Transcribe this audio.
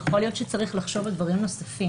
יכול להיות שצריך לחשוב על דברים נוספים,